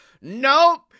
Nope